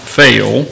fail